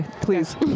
please